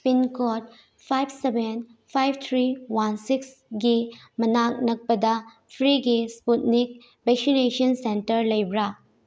pin code five seven five three one six ꯒꯤ ꯃꯅꯥꯛ ꯅꯛꯄꯗ ꯐ꯭ꯔꯤꯒꯤ ꯏꯁꯄꯨꯠꯅꯤꯛ ꯚꯦꯛꯁꯤꯅꯦꯁꯟ ꯁꯦꯟꯇꯔ ꯂꯩꯕ꯭ꯔꯥ